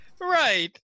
Right